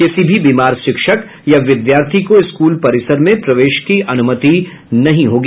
किसी भी बीमार शिक्षक या विद्यार्थी को स्कूल परिसर में प्रवेश की अनुमति नहीं होगी